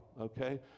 okay